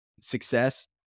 success